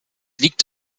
liegt